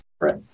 Right